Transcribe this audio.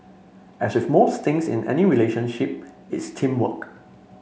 as with most things in any relationship it's teamwork